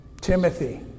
Timothy